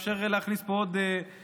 לאפשר להכניס פה עוד נורבגים.